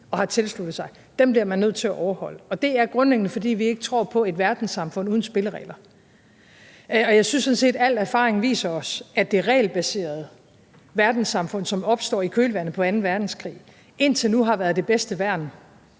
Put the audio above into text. og har tilsluttet sig, bliver man nødt til at overholde, og det er, fordi vi grundlæggende ikke tror på et verdenssamfund uden spilleregler. Og jeg synes sådan set, al erfaring viser os, at det regelbaserede verdenssamfund, som opstår i kølvandet på anden verdenskrig, indtil nu har været det bedste værn